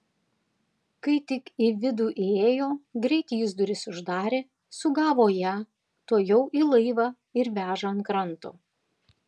kai tik į vidų įėjo greit jis duris uždarė sugavo ją tuojau į laivą ir veža ant kranto